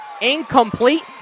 Incomplete